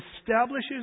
establishes